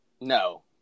No